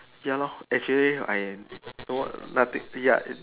ya lor actually I am no nothing ya